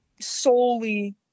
solely